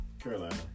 Carolina